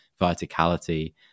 verticality